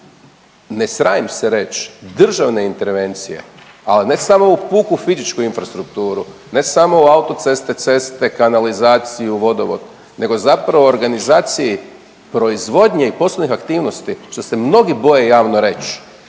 ne sramim se reć, državne intervencije, al ne samo u puku fizičku infrastrukturu, ne samo u autoceste, ceste, kanalizaciju, vodovod nego zapravo organizaciji proizvodnje i poslovnih aktivnosti, što se mnogi boje javno reć,